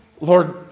Lord